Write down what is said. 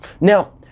Now